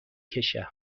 کشم